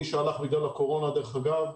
מי שהלך בגלל הקורונה, דרך אגב,